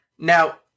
Now